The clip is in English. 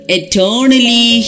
eternally